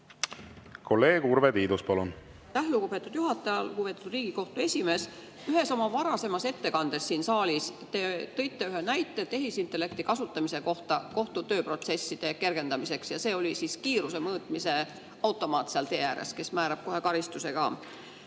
Kolleeg Urve Tiidus, palun! Aitäh, lugupeetud juhataja! Lugupeetud Riigikohtu esimees! Ühes oma varasemas ettekandes siin saalis te tõite ühe näite tehisintellekti kasutamise kohta kohtu tööprotsesside kergendamiseks. See oli siis kiiruse mõõtmise automaadi kohta tee ääres, mis määrab kohe karistuse ka.